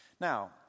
Now